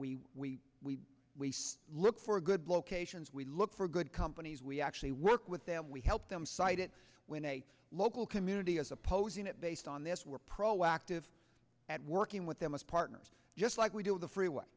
we we we we say look for good locations we look for good companies we actually work with them we help them cite it when a local community is opposing it based on this we're proactive and working with them as partners just like we do with the freeway